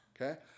Okay